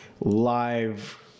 live